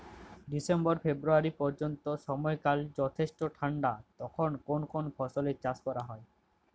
December February পর্যন্ত সময়কাল যথেষ্ট ঠান্ডা তখন কোন কোন ফসলের চাষ করা হয়?